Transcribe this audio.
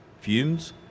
fumes